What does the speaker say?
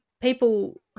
people